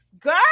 girl